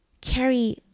carry